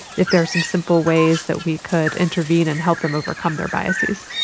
if there are some simple ways that we could intervene and help them overcome their biases.